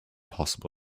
possible